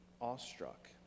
awestruck